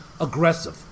aggressive